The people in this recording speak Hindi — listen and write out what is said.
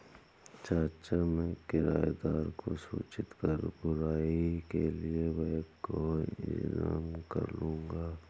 चाचा मैं किराएदार को सूचित कर बुवाई के लिए बैकहो इंतजाम करलूंगा